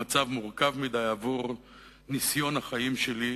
המצב מורכב מדי עבור ניסיון החיים שלי,